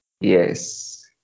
Yes